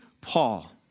Paul